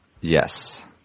yes